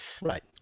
Right